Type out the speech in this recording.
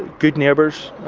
good neighbors,